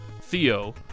Theo